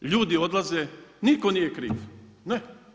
Ljudi odlaze, nitko nije kriv, ne.